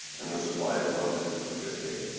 and the supply is limited of good hay.